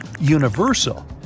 universal